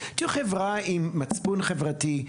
תהיו חברה עם מצפון חברתי,